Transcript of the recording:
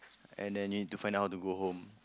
and then you need find how to go home